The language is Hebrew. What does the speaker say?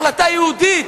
החלטה יהודית.